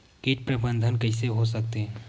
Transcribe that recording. कीट प्रबंधन कइसे हो सकथे?